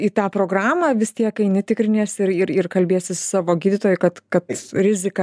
į tą programą vis tiek eini tikriniesi ir ir ir kalbiesi su savo gydytojui kad kad rizika